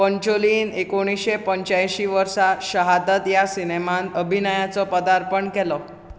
पंचोलीन एकुणशें पंच्यायशीं वर्सा शहादत ह्या सिनेमांत अभिनयाचो पदार्पण केलो